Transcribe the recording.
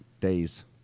days